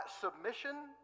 submission